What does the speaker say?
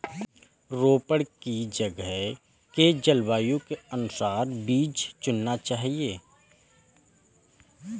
रोपड़ की जगह के जलवायु के अनुसार बीज चुनना चाहिए